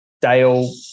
Dale